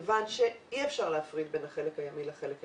כיוון שאי-אפשר להפריד בין החלק הימי לחלק היבשתי.